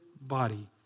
body